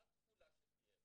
מה התכולה שתהיה לה.